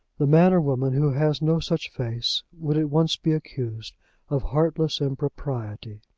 the man or woman who has no such face, would at once be accused of heartless impropriety.